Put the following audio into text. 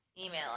email